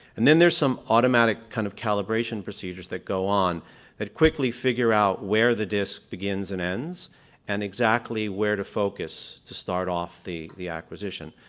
and then there's some automatic kind of calibration procedures that go on that quickly figure out where the disc begins and ends and exactly exactly where to focus to start off the the acquisition.